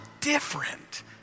different